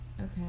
Okay